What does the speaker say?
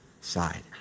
side